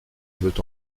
veut